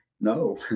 No